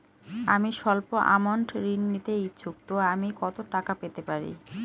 আমি সল্প আমৌন্ট ঋণ নিতে ইচ্ছুক তো আমি কত টাকা পেতে পারি?